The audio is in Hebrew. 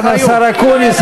סגן השר אקוניס,